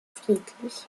friedlich